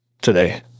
today